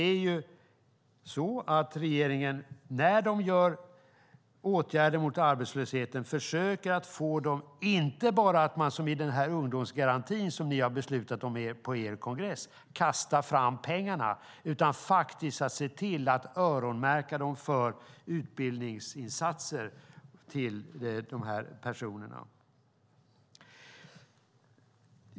När regeringen vidtar åtgärder mot arbetslösheten gör regeringen inte bara så som i den ungdomsgaranti som ni har beslutat om på er kongress - kastar fram pengarna - utan den försöker faktiskt se till att öronmärka dem för utbildningsinsatser till de här personerna.